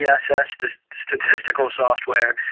yeah statistical software.